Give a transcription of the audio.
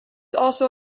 also